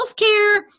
healthcare